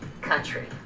country